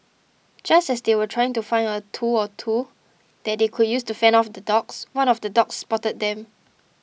just as they were trying to find a tool or two that they could use to fend off the dogs one of the dogs spotted them